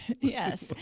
Yes